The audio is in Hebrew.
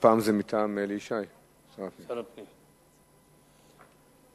והפעם זה מטעם שר הפנים אלי ישי.